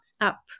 up